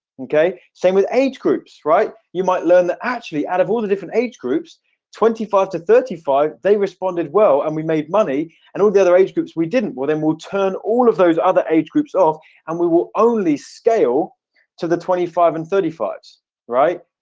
okay same with age groups right you might learn that actually out of all the different age groups twenty five to thirty five they responded well, and we made money and all the other age groups we didn't well then we'll turn all of those other age groups off and we will only scale to the twenty five and thirty five right?